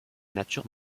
natures